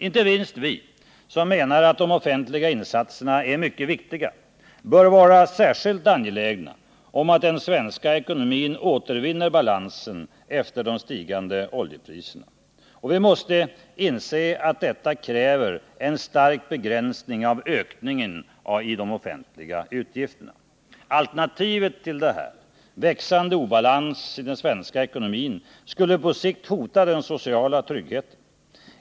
Inte minst vi som menar att de offentliga insatserna är mycket viktiga bör vara angelägna om att den svenska ekonomin återvinner balansen efter de stigande oljepriserna. Vi måste inse att detta kräver en stark begränsning av ökningen i de offentliga utgifterna. Alternativet till det här — växande obalans i den svenska ekonomin — skulle på sikt hota den sociala tryggheten.